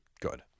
Good